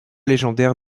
légendaire